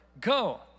go